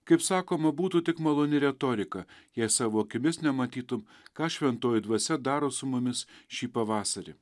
kaip sakoma būtų tik maloni retorika jei savo akimis nematytum ką šventoji dvasia daro su mumis šį pavasarį